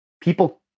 People